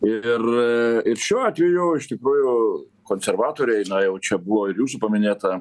ir ir šiuo atveju iš tikrųjų konservatoriai na jau čia buvo ir jūsų paminėta